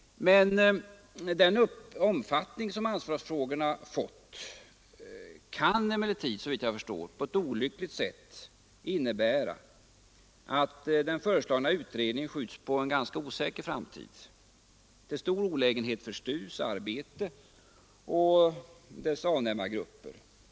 Den omfattning som anslagsfrågorna fått kan emellertid, såvitt jag förstår, på ett olyckligt sätt innebära att den föreslagna utredningen skjuts på en ganska osäker framtid, till stor olägenhet för STU:s arbete och dess avnämargrupper.